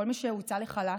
כל מי שהוצא לחל"ת,